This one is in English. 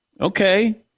Okay